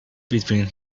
between